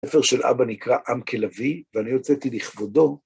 ספר של אבא נקרא ״עם כלביא״ ואני הוצאתי לכבודו.